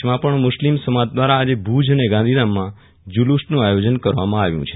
કચ્છમાં પણ મુસ્લિમ સમાજ દ્વારા આજે ભુજ અને ગાંધીધામમાં જુલુસનું આયોજન કરવામાં આવ્યું છે